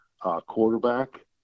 quarterback